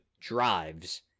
drives